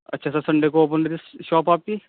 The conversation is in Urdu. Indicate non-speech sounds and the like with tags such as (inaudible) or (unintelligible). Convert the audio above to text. اچھا سر سنڈے کو بند (unintelligible) شاپ آپ کی